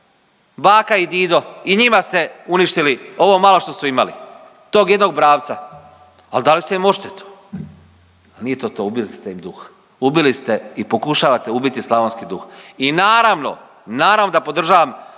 baka i dido, i njima ste uništili ovo malo što su imali, tog jednog bravca, ali dali ste im odštetu. Pa nije to to, ubili ste im duh. Ubili ste i pokušavate ubiti slavonski duh i naravno, naravno da podržavam